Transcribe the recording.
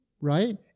right